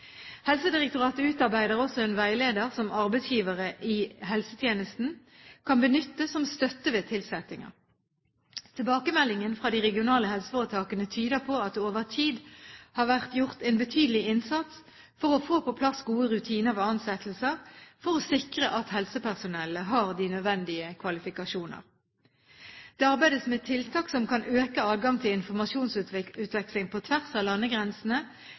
Helsedirektoratet utarbeider også en veileder som arbeidsgivere i helsetjenesten kan benytte som støtte ved tilsettinger. Tilbakemeldingene fra de regionale helseforetakene tyder på at det over tid har vært gjort en betydelig innsats for å få på plass gode rutiner ved ansettelser for å sikre at helsepersonellet har de nødvendige kvalifikasjoner. Det arbeides med tiltak som kan øke adgang til informasjonsutveksling på tvers av landegrensene